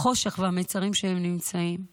החושך והמצרים שהם נמצאים בהם,